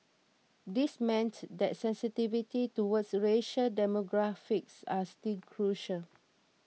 this meant that sensitivity toward racial demographics was still crucial